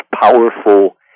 powerful